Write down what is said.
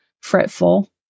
fretful